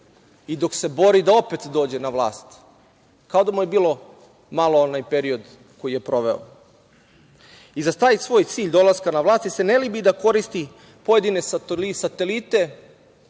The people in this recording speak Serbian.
i dok se bori da opet dođe na vlast. Kao da mu je bilo malo onaj period koji je proveo. Za taj svoj cilj dolaska na vlasti se ne libi da koristi pojedine satelite,